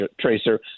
tracer